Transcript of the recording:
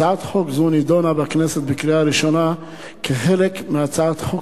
הצעת חוק זו נדונה בכנסת בקריאה ראשונה כחלק מהצעת חוק